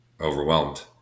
overwhelmed